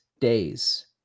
days